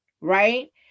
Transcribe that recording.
right